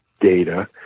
data